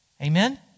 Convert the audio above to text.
Amen